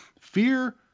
fear